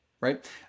right